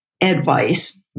advice